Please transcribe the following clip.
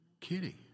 Kidding